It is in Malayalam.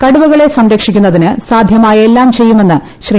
കടുവകളെ സംരക്ഷിക്കുന്നതിന് സാധ്യമായ എല്ലാം ചെയ്യുമെന്ന് ശ്രീ